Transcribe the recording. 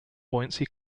buoyancy